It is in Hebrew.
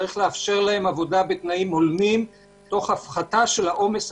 צריך לאפשר להם עבודה בתנאים הולמים תוך הפחתת העומס.